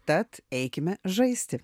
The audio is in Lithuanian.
tad eikime žaisti